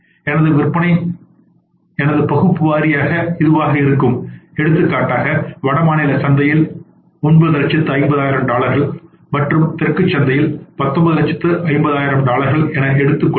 எனது விற்பனை என்பது பகுப்பு வாரியாக இதுவாக இருக்கும் எடுத்துக்காட்டாக வடமாநில சந்தையில் 950000 டாலர்கள் மற்றும் தெற்கு சந்தையில் 1950000 டாலர்கள் என எடுத்துக் கொள்வோம்